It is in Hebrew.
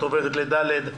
את עוברת לסעיף קטן (ד).